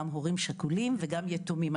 גם הורים שכולים וגם יתומים,